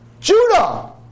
Judah